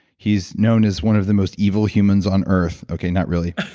he's known as one of the most evil humans on earth. okay, not really.